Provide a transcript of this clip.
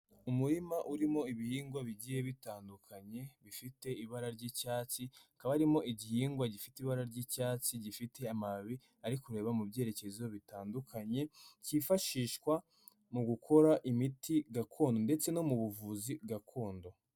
Umurima urimo ibihingwa bigiye bitandukanye bifite ibara ry'icyatsi, hakaba harimo igihingwa gifite ibara ry'icyatsi, gifite amababi ari kureba mu byerekezo bitandukanye, kifashishwa mu gukora imiti gakondo ndetse no mu buvuzi gakondo.